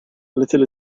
little